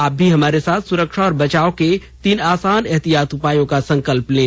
आप भी हमारे साथ सुरक्षा और बचाव के तीन आसान एहतियाती उपायों का संकल्प लें